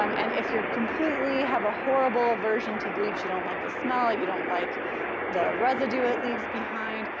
um and if you're completely have a horrible version to bleach, you don't like the smell, you don't like the residue it leaves behind,